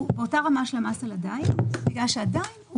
הוא באותה רמה של המס על הדיאט בגלל שעדיין הוא